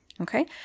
Okay